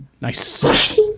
Nice